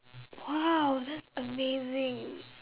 !wow! that's amazing